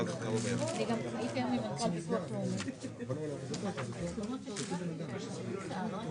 עברנו שנה מאוד קשה עם הזיהום,